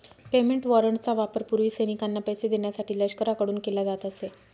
payment वॉरंटचा वापर पूर्वी सैनिकांना पैसे देण्यासाठी लष्कराकडून केला जात असे